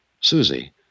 Susie